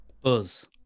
Buzz